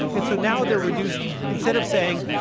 and so now, they're reduced instead of saying,